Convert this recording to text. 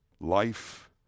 life